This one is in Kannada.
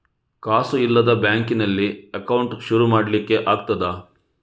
ಕಾಸು ಇಲ್ಲದ ಬ್ಯಾಂಕ್ ನಲ್ಲಿ ಅಕೌಂಟ್ ಶುರು ಮಾಡ್ಲಿಕ್ಕೆ ಆಗ್ತದಾ?